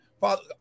Father